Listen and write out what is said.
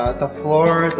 the floor?